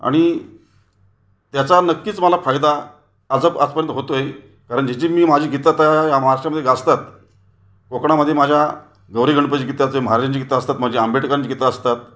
आणि त्याचा नक्कीच मला फायदा आज आजपर्यंत होतो आहे कारण जी जी मी माझी गीतं तयार या महाराष्ट्रामध्ये गाजतात कोकणामध्ये माझ्या गौरी गणपतीची गीतं असतील महाराजांची गीतं असतात माझी आंबेडकरांची गीतं असतात